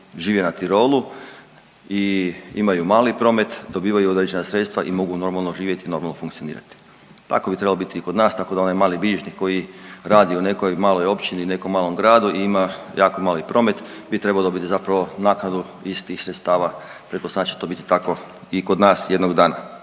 žive na Tirolu i imaju mali promet dobivaju određena sredstva i mogu normalno živjeti i normalno funkcionirati. Tako bi trebalo biti i kod nas tako da onaj mali bilježnik koji radi u nekoj maloj općini, nekom malom gradu i ima jako mali promet bi trebao dobiti zapravo naknadu iz tih sredstava, pretpostavljam da će to biti tako i kod nas jednog dana.